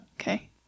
Okay